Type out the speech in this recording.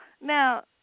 Now